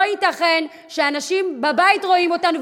לא ייתכן שאנשים בבית רואים אותנו,